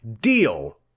Deal